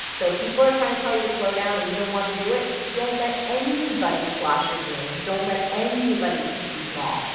so if people are trying to tell you to slow down and you don't want to do it, don't let anybody squash your dreams, don't let anybody keep you small.